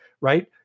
right